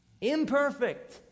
Imperfect